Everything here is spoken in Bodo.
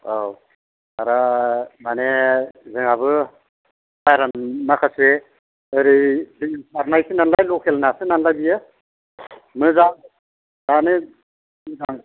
औ आदा माने जोंहाबो बारा माखासे ओरै जों सारनायसो नालाय ल'केल नासो नालाय बियो मोजाङानो बुंनाङा